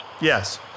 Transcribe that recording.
Yes